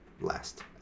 last